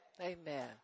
Amen